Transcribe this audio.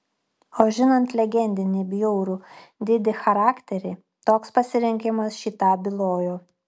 o žinant legendinį bjaurų didi charakterį toks pasirinkimas šį tą bylojo